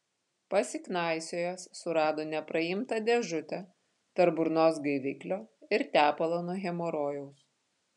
pasiknaisiojęs surado nepraimtą dėžutę tarp burnos gaiviklio ir tepalo nuo hemorojaus